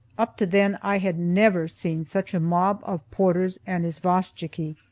up to then i had never seen such a mob of porters and isvostchiky.